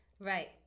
Right